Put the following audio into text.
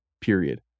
period